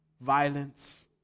Violence